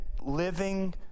living